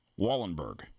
Wallenberg